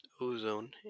ozone